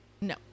No